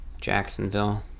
Jacksonville